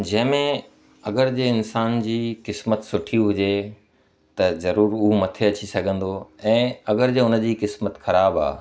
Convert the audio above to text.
जंहिं में अगरि जे इंसान जी क़िस्मत सुठी हुजे त ज़रूरु हू मथे अची सघंदो ऐं अगरि जो उनजी क़िस्मत ख़राबु आहे